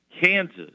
Kansas